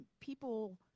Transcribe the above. people